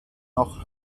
noch